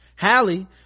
hallie